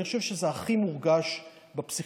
אני חושב שזה הכי מורגש בפסיכיאטריה,